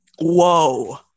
Whoa